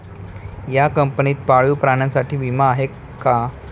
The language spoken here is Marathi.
या कंपनीत पाळीव प्राण्यांसाठी विमा आहे का?